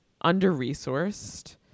under-resourced